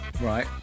Right